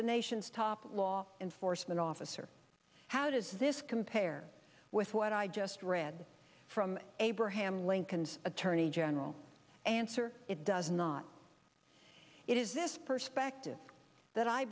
the nation's top law enforcement officer how does this compare with what i just read from abraham lincoln's attorney general answer it does not it is this perspective that i